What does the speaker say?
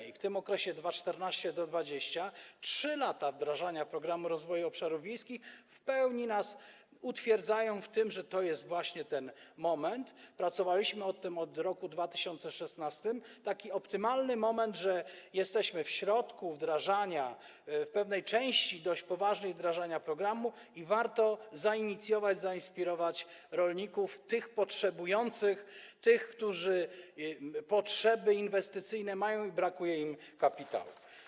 I w tym okresie, w latach 2014–2020, 3 lata wdrażania Programu Rozwoju Obszarów Wiejskich w pełni nas utwierdzają w tym, że to jest właśnie ten moment - pracowaliśmy nad tym od roku 2016 - taki optymalny moment, że jesteśmy w środku wdrażania tego, po pewnej części dość poważnej wdrażania programu, i warto zainicjować, zainspirować rolników, tych potrzebujących, tych, którzy mają potrzeby inwestycyjne i brakuje im kapitału.